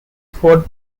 for